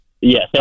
Yes